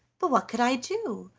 but what could i do?